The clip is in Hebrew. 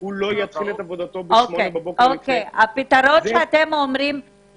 הוא לא יתחיל את עבודתו ב-08:00 --- הפתרון שאתם מציעים הוא לקצר